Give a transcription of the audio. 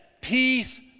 Peace